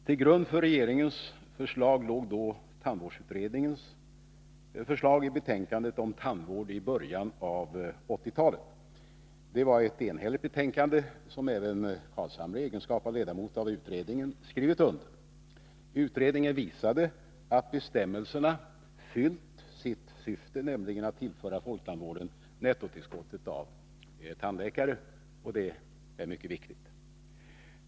Till grund för regeringens förslag låg då tandvårdsutredningens förslag i betänkandet Tandvården i början av 80-talet. Det var ett enhälligt betänkande, som även Nils Carlshamre i egenskap av ledamot av utredning en skrivit under. Utredningen visade att bestämmelserna fyllt sitt syfte, Nr 49 nämligen att tillföra folktandvården nettotillskottet av tandläkare. Det är mycket viktigt.